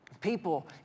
People